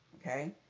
Okay